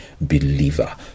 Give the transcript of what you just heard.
believer